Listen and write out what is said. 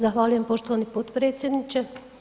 Zahvaljujem poštovani potpredsjedniče.